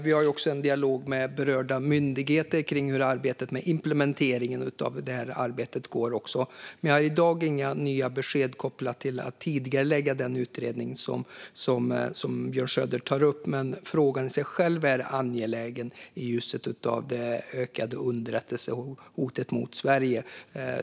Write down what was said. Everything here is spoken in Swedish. Vi har också en dialog med berörda myndigheter kring hur arbetet med implementeringen av detta arbete går. Men jag har i dag inga nya besked kopplade till att tidigarelägga den utredning som Björn Söder tar upp. Men frågan i sig själv är angelägen i ljuset av det ökade underrättelsehotet mot Sverige.